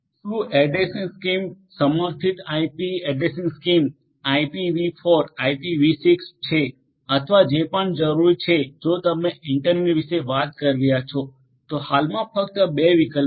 શું addressing schemes સમર્થિત IP addressing schemes IPv 4 આઇપીવી6 છે અથવા જે પણ જરૂરી છે જો તમે ઇન્ટરનેટ વિશે વાત કરી રહ્યા છો તો હાલમાં ફક્ત 2 વિકલ્પો છે